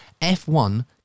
f1